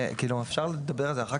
אפשר לדבר על זה אחר,